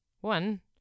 One